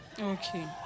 Okay